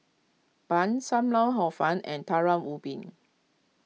Bun Sam Lau Hor Fun and Talam Ubi